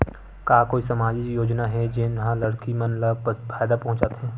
का कोई समाजिक योजना हे, जेन हा लड़की मन ला फायदा पहुंचाथे?